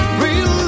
real